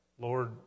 Lord